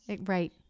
Right